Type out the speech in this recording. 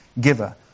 giver